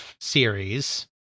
series